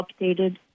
updated